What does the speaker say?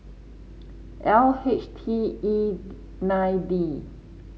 L H T E nine D